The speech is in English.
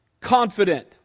confident